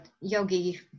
yogi